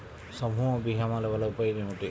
సమూహ భీమాల వలన ఉపయోగం ఏమిటీ?